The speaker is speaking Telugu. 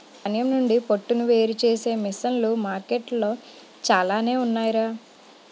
ధాన్యం నుండి పొట్టును వేరుచేసే మిసన్లు మార్కెట్లో చాలానే ఉన్నాయ్ రా